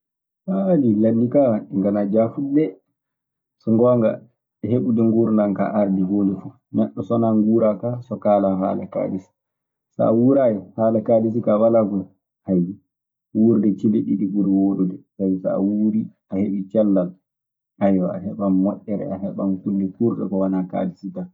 ɗii landi kaa ɗii nganaa jaafuɗi dee. So ngoonga, heɓude nguurndan kaa ardii huunde fu. Neɗɗo so wanaa nguuraa kaa so kaalaa haala kaalisi. So a wuuraayi, haala kaalisi kaa walaa koyi. wuurde cile ɗiɗi ɓuri wuurde, sabi so a wuurii, a heɓii cellal, ayiwa a heɓan moƴƴere, a heɓan kulle kuurɗe ko wanaa kaalisi tan.